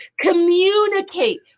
communicate